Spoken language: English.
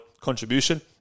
contribution